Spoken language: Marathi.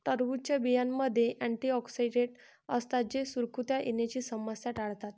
टरबूजच्या बियांमध्ये अँटिऑक्सिडेंट असतात जे सुरकुत्या येण्याची समस्या टाळतात